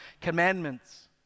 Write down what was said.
Commandments